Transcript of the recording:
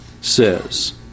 says